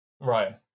Right